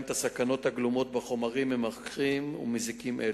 את הסכנות הגלומות בחומרים ממכרים ומזיקים אלו.